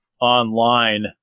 online